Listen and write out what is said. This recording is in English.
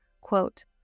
Quote